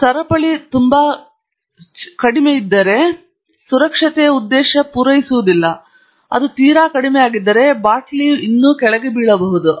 ನೀವು ಸರಪಳಿ ತುಂಬಾ ಕಡಿಮೆ ಇದ್ದರೆ ನೀವು ಸುರಕ್ಷತೆಯ ಉದ್ದೇಶವನ್ನು ಪೂರೈಸಲಿಲ್ಲ ಏಕೆಂದರೆ ಅದು ತೀರಾ ಕಡಿಮೆಯಾಗಿದ್ದರೆ ಬಾಟಲಿಯು ಇನ್ನೂ ಕೆಳಗೆ ಬೀಳಬಹುದು